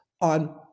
on